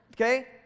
okay